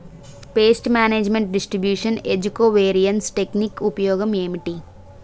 paste management distribution ఏజ్జి covariance technique ఉపయోగం ఏంటి